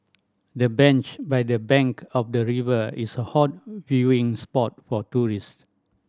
the bench by the bank of the river is a hot viewing spot for tourist